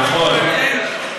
נכון.